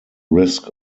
risk